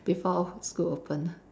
before school open